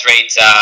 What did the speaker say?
rates